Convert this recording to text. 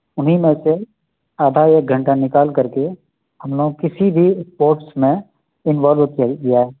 اُنہی میں سے آدھا ایک گھنٹہ نکال کر کے ہم لوگ کسی بھی اسپورٹس میں انوالو کیا گیا